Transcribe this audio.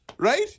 Right